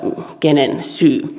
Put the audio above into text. kenen syy